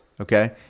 okay